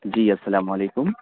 جی السلام علیکم